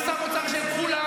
אני שר האוצר של כולם.